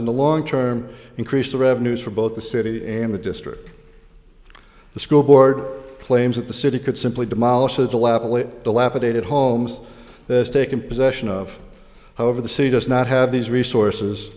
the long term increase the revenues for both the city and the district the school board claims that the city could simply demolish as elaborate dilapidated homes this taken possession of however the city does not have these resources